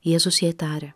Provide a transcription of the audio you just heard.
jėzus jai tarė